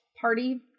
party